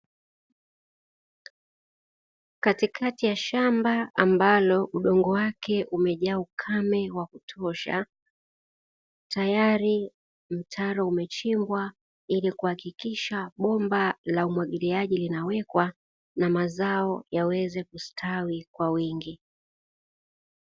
Katikati ya shamba ambalo udongo wake umejaa ukame wa kutosha tayari mtaro umechimbwa, ili kuhakikisha bomba la umwagiliaji linawekwa na mazao yaweze kustawi kwa wingi.